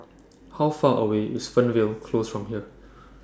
How Far away IS Fernvale Close from here